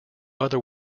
other